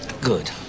Good